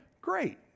Great